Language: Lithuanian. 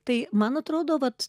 tai man atrodo vat